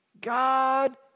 God